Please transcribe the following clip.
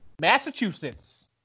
Massachusetts